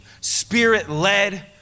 spirit-led